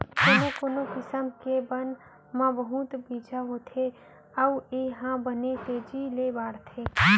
कोनो कोनो किसम के बन म बहुत बीजा होथे अउ ए ह बने तेजी ले बाढ़थे